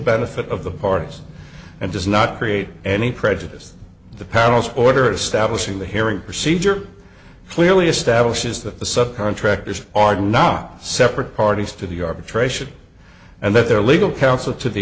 benefit of the parties and does not create any prejudice the panel's order establishing the hearing procedure clearly establishes that the sub contractors are not separate parties to the arbitration and that their legal counsel to the